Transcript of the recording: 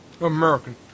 American